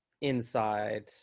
inside